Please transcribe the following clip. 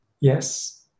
yes